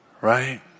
right